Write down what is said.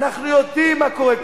אנחנו יודעים מה קורה.